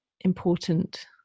important